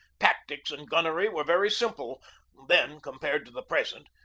tactics and gun nery were very simple then compared to the present,